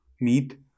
meat